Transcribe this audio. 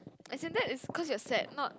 as in that is cause you are sad not